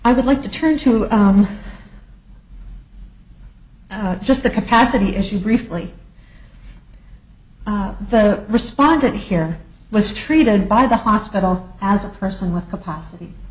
i would like to turn to well just the capacity issue briefly the respondent here was treated by the hospital as a person with capacity